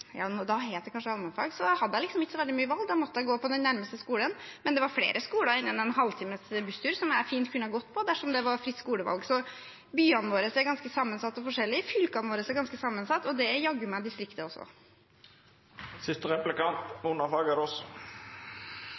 hadde jeg ikke så mye valg, da måtte jeg gå på den nærmeste skolen. Men det var flere skoler innen en halvtimes busstur som jeg fint kunne gått på dersom det var fritt skolevalg. Byene våre er ganske sammensatt og forskjellige. Fylkene våre er ganske sammensatt – og det er jaggu meg distriktet også.